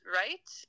right